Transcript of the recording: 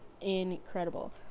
incredible